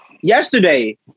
Yesterday